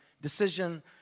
decision